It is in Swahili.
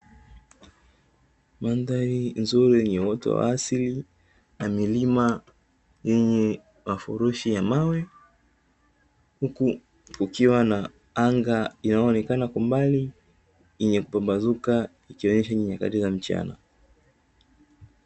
Mandhari nzuri yenye uoto wa asili na milima yenye mafurushi ya mawe, huku kukiwa na anga linaloonekana kwa mbali lenye kupambazuka ikionyesha ni nyakati za mchana.